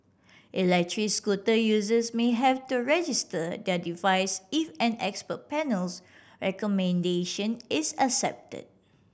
electric scooter users may have to register their devices if an expert panel's recommendation is accepted